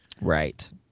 Right